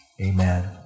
amen